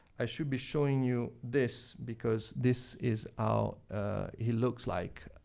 i should be showing you this, because this is how he looks like.